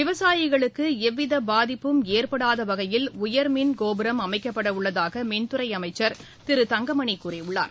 விவசாயிகளுக்கு எவ்வித பாதிப்பும் ஏற்படாத வகையில் உயர்மின் கோபுரம் அமைக்கப்படவுள்ளதாக மின்துறை அமைச்சர் திரு தங்கமணி கூறியுள்ளார்